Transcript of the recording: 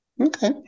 Okay